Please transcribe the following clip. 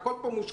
הכול פה מושחת.